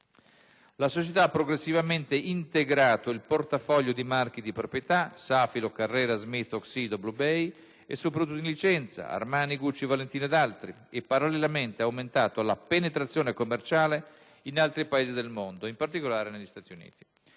La società ha progressivamente integrato il portafoglio di marchi di proprietà (Safilo, Carrera, Smith, Oxydo, Blue Bay) e soprattutto in licenza (Armani, Gucci, Valentino ed altri) e parallelamente ha aumentato la penetrazione commerciale in altri Paesi del mondo, in particolare negli Stati Uniti.